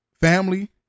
Family